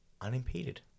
unimpeded